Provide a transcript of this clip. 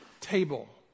Table